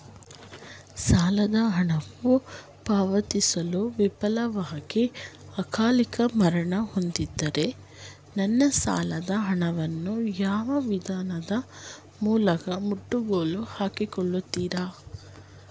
ಸಾಲದ ಹಣವು ಪಾವತಿಸಲು ವಿಫಲವಾಗಿ ಅಕಾಲಿಕ ಮರಣ ಹೊಂದಿದ್ದರೆ ನನ್ನ ಸಾಲದ ಹಣವನ್ನು ಯಾವ ವಿಧಾನದ ಮೂಲಕ ಮುಟ್ಟುಗೋಲು ಹಾಕಿಕೊಳ್ಳುತೀರಿ?